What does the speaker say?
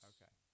Okay